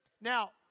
Now